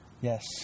Yes